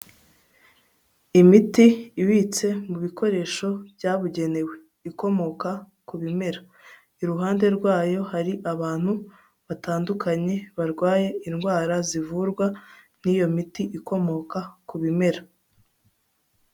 Imiti ibitse mu bikoresho byabugenewe ikomoka ku bimera, iruhande rwayo hari abantu batandukanye barwaye indwara zivurwa n'iyo miti ikomoka ku bimera.